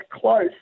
close